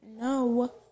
No